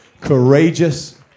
courageous